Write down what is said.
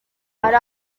hari